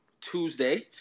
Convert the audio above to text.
Tuesday